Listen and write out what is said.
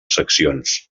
seccions